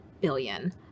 billion